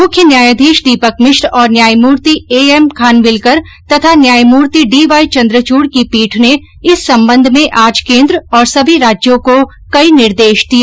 मुख्य न्यायाधीश दीपक मिश्र और न्यायमूर्ति एएम खानविलकर तथा न्यायमूर्ति डीवाई चंद्रचूड़ की पीठ ने इस संबंध में आज केन्द्र और सभी राज्यों को कई निर्देश दिए